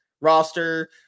roster